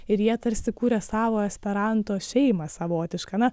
ir jie tarsi kuria savo esperanto šeimą savotišką na